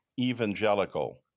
evangelical